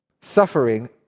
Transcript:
suffering